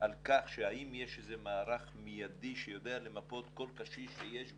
אם יש מערך מיידי שיודע למפות כל קשיש שיש בירושלים,